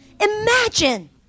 Imagine